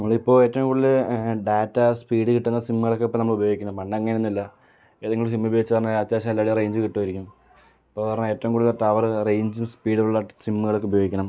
നമ്മളിപ്പോൾ ഏറ്റവും കൂടുതൽ ഡാറ്റാ സ്പീഡ് കിട്ടുന്ന സിമ്മുകളൊക്കെ ഇപ്പോൾ നമ്മൾ ഉപയോഗിക്കുന്നത് പണ്ട് അങ്ങനെയൊന്നുമല്ല ഏതെങ്കിലും ഒരു സിം ഉപയോഗിച്ച് കഴിഞ്ഞാൽ അത്യാവശ്യം എല്ലാവിടവും റേഞ്ച് കിട്ടുമായിരിക്കും ഇപ്പോൾ പറഞ്ഞാൽ ഏറ്റവും കൂടുതൽ ടവറ് റേഞ്ചും സ്പീഡ് ഉള്ള സിമ്മുകൾ ഒക്കെ ഉപയോഗിക്കണം